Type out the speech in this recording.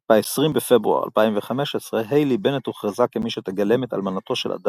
ב-20 בפברואר 2015 היילי בנט הוכרזה כמי שתגלם את אלמנתו של אדם